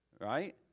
right